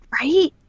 right